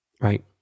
Right